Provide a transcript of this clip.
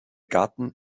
garten